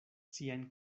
siajn